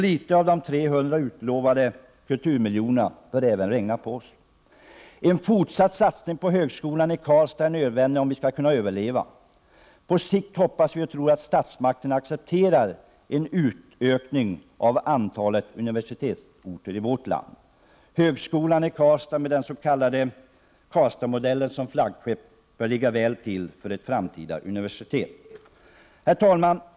Litet av de trehundra utlovade kulturmiljonerna bör regna även på OSS. En fortsatt satsning på högskolan i Karlstad är nödvändig om vi skall kunna överleva. På sikt hoppas och tror vi att statsmakterna accepterar en utökning av antalet universitetsorter i vårt land. Högskolan i Karlstad, med den s.k. Karlstads-modellen som flaggskepp, bör ligga väl till för ett framtida universitet. Herr talman!